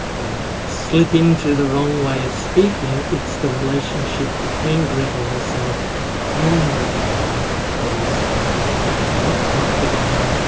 there i slip into the wrong way of speaking, it's the relationship between gretl herself and the gown that is beautiful or not, not the gown,